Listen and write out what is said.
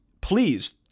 Please